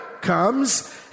comes